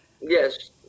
Yes